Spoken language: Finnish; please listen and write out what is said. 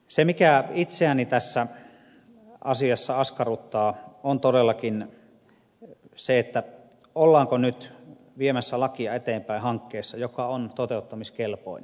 se mikä itseäni tässä asiassa askarruttaa on todellakin se ollaanko nyt viemässä lakia eteenpäin hankkeessa joka on toteuttamiskelpoinen